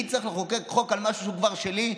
אני צריך לחוקק חוק על משהו שהוא כבר שלי,